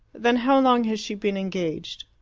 then how long has she been engaged?